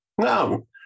No